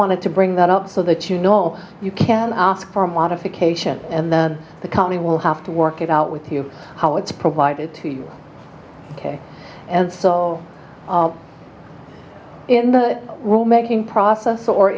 wanted to bring that up so that you know you can ask for a modification and then the company will have to work it out with you how it's provided to you and so in the rule making process or